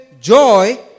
joy